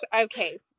Okay